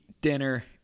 dinner